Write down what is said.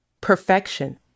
perfection